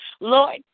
Lord